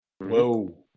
Whoa